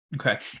Okay